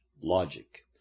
logic